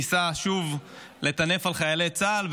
ניסה שוב לטנף על חיילי צה"ל,